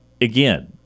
again